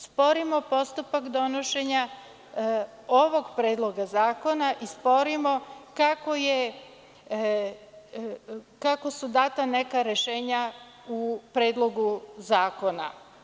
Sporimo postupak donošenja ovog Predloga zakona i sporimo kako su data neka rešenja u Predlogu zakona.